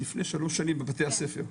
לפני 3 שנים בבתי הספר.